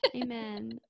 amen